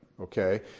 Okay